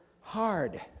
hard